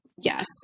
Yes